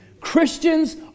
Christians